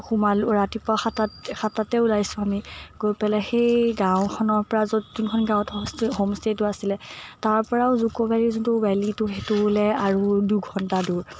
সোমালো ৰাতিপুৱা সাতটা সাতটাতে ওলাইছোঁ আমি গৈ পেলাই সেই গাঁওখনৰ পৰা য'ত যোনখন গাঁৱত হো হোম ষ্টেইটো আছিলে তাৰপৰাও জুকো ভেলীৰ যোনটো ভেলীটো সেইটোলৈ আৰু দুঘণ্টা দূৰ